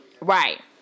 Right